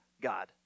God